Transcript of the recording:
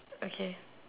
okay